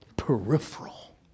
peripheral